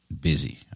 busy